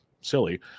silly